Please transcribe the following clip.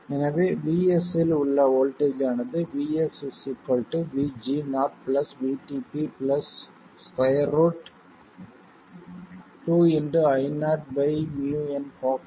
எனவே Vs இல் உள்ள வோல்ட்டேஜ் ஆனது Vs VG0 VTP 2 2 Io µnCox W L